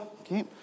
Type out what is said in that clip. okay